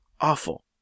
awful